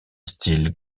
style